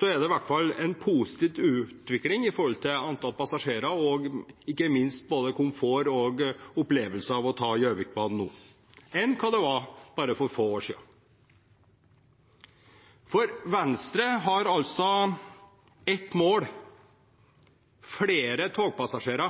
er det en positiv utvikling i antall passasjerer og ikke minst i komfort og opplevelsen av å ta Gjøvikbanen nå sammenlignet med hvordan det var bare for få år siden. Venstre har ett mål: flere togpassasjerer.